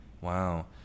Wow